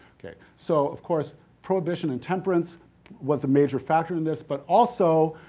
okay, so, of course, prohibition and temperance was a major factor in this, but also,